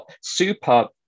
super